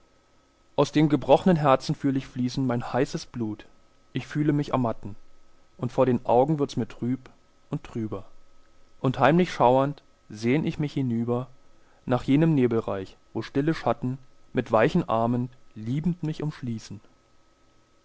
aus dem gebrochnen herzen fühl ich fließen mein heißes blut ich fühle mich ermatten und vor den augen wird's mir trüb und trüber und heimlich schauernd sehn ich mich hinüber nach jenem nebelreich wo stille schatten mit weichen armen liebend mich umschließen